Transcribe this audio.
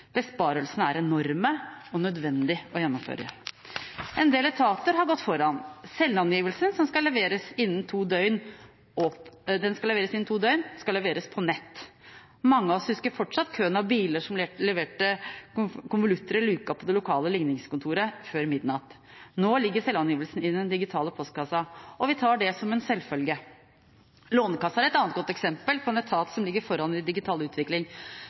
Besparelsene er enorme og nødvendig å gjennomføre. En del etater har gått foran. Selvangivelsen skal leveres innen to døgn, og den skal leveres på nett. Mange av oss husker fortsatt køen av biler som leverte konvolutter i luka på det lokale likningskontoret før midnatt. Nå ligger selvangivelsen i den digitale postkassa – og vi tar det som en selvfølge. Lånekassa er et annet godt eksempel på en etat som ligger foran i digital utvikling.